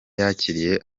yakiriye